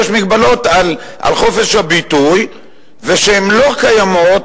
יש מגבלות על חופש הביטוי שהן לא קיימות